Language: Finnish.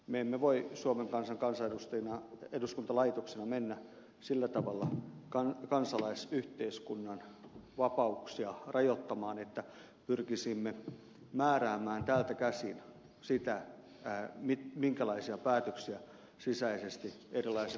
me emme voi suomen kansan kansanedustajina eduskuntalaitoksena mennä sillä tavalla kansalaisyhteiskunnan vapauksia rajoittamaan että pyrkisimme määräämään täältä käsin sitä minkälaisia päätöksiä sisäisesti erilaiset kansalaisjärjestöt tekevät